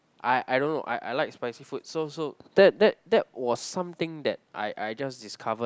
I I don't know I I like spicy food so so that that that was something that I I just discovered